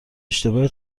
اشتباه